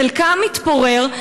חלקם מתפוררים.